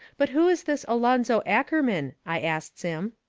but who is this alonzo ackerman? i asts him.